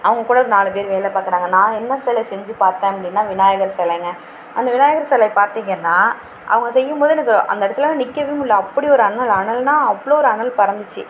அவங்க கூட ஒரு நாலு பேர் வேலை பார்க்குறாங்க நான் என்ன சிலை செஞ்சு பார்த்தேன் அப்படின்னா விநாயகர் சிலைங்க அந்த விநாயகர் சிலைய பார்த்திங்கன்னா அவங்க செய்யும்போது எனக்கு அந்த இடத்துல நிற்கவே முடில அப்படி ஒரு அனல் அனல்ன்னால் அவ்வளோ ஒரு அனல் பறந்துச்சு